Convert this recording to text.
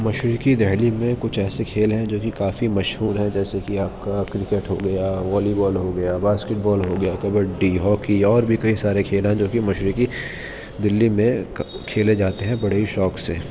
مشرقی دہلی میں کچھ ایسے کھیل ہیں جو کہ کافی مشہور ہیں جیسے کہ آپ کا کرکٹ ہو گیا والی بال ہو گیا باسکٹ بال ہو گیا کبڈی ہاکی اور بھی کئی سارے کھیل ہیں جوکہ مشرقی دہلی میں کھیلے جاتے ہیں بڑے ہی شوق سے